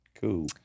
cool